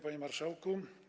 Panie Marszałku!